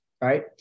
Right